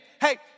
Hey